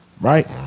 Right